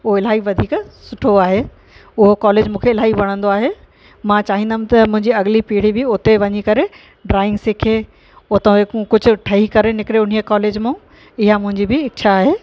हो इलाही वधीक सुठो आहे उहो कॉलेज मूंखे इलाही वणंदो आहे मां चाहींदमि त मुंहिंजी अॻली पीढ़ी बि उते वञी करे ड्रॉइंग सिखे उतों कुझु ठही करे निकरे उन्हीअ कॉलेज मां इहा मुंहिंजी बि इच्छा आहे